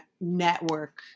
network